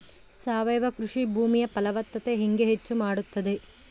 ಸಾವಯವ ಕೃಷಿ ಭೂಮಿಯ ಫಲವತ್ತತೆ ಹೆಂಗೆ ಹೆಚ್ಚು ಮಾಡುತ್ತದೆ?